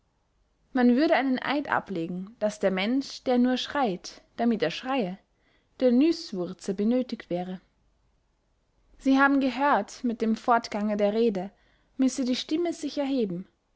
man würde einen eid ablegen daß der mensch der nur schreyt damit er schreye der nüßwurze benöthigt wäre sie haben gehört mit dem fortgange der rede müsse die stimme sich erheben